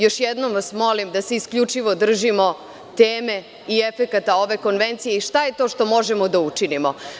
Još jednom vas molim da se isključivo držimo teme i efekata ove konvencije i šta je to što možemo da učinimo.